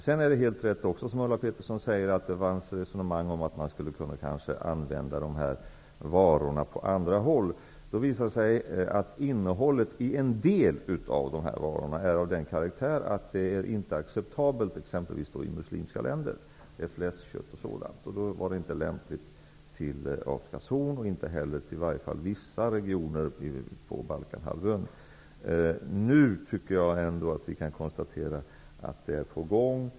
Det är helt rätt, som Ulla Pettersson säger, att det fanns resonemang om att man skulle kunna använda varorna på andra håll. Det visade sig att en del av varorna är av den karaktären att de inte är acceptabla i exempelvis muslimska länder; det rör sig om fläskkött och liknande. Det var då inte lämpligt att skicka maten till Afrikas horn eller till vissa regioner på Balkanhalvön. Nu kan vi konstatera att maten är på gång.